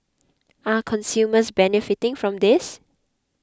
are consumers benefiting from this